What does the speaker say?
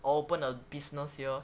or open a business here